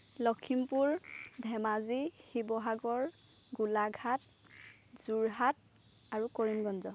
লখিমপুৰ ধেমাজি শিৱসাগৰ গোলাঘাট যোৰহাট আৰু কৰিমগঞ্জ